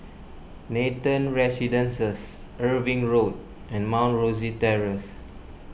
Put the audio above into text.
Nathan Residences Irving Road and Mount Rosie Terrace